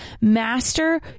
Master